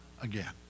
again